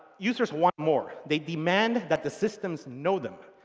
users want more. they demand that the systems know them.